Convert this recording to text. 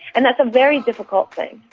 and that's a very difficult thing.